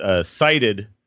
cited